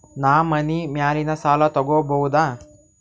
ನಾ ಮನಿ ಮ್ಯಾಲಿನ ಸಾಲ ತಗೋಬಹುದಾ?